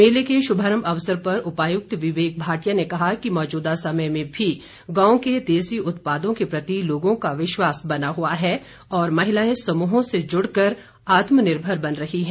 मेले के श्भारंभ अवसर पर उपायुक्त विवेक भाटिया ने कहा कि मौजूदा समय में गांव के देसी उत्पादों के प्रति लोगों का विश्वास बना हुआ है और महिलाएं समूहों से जुड़कर आत्मनिर्भर बन रही हैं